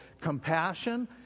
compassion